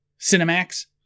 Cinemax